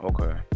Okay